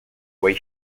wei